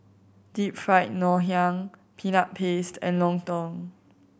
Deep Fried Ngoh Hiang Peanut Paste and lontong